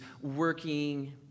working